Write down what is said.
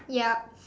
yup